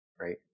right